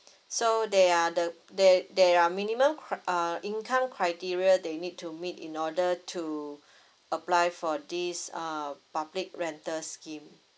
so there are the there there are minimum cri~ uh income criteria that you need to meet in order to apply for this um public rental scheme